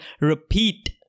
repeat